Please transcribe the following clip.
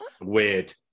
Weird